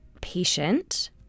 patient